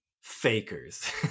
fakers